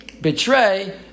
Betray